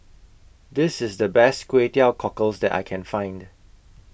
This IS The Best Kway Teow Cockles that I Can Find